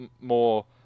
more